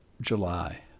July